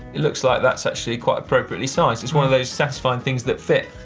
it looks like that's actually quite appropriately sized. it's one of those satisfying things that fit,